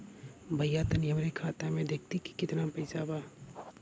भईया तनि हमरे खाता में देखती की कितना पइसा बा?